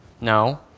No